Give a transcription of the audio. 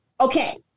okay